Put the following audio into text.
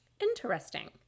Interesting